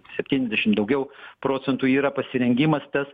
septyniasdešim daugiau procentų yra pasirengimas tas